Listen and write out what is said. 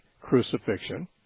crucifixion